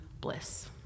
bliss